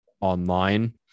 online